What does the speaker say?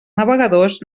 navegadors